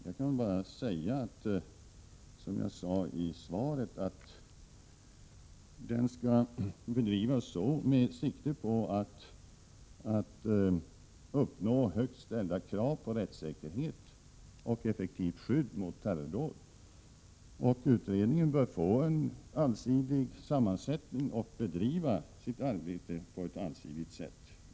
Jag kan bara säga som jag sade i interpellationssvaret, att den skall bedrivas med sikte på att uppnå högt ställda krav på rättssäkerhet och effektivt skydd mot terrordåd. Utredningen bör få en allsidig sammansättning och bör bedriva sitt arbete på ett allsidigt sätt.